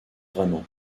vraiment